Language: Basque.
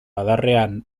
adarrean